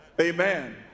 Amen